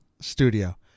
studio